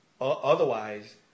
Otherwise